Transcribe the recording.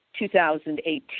2018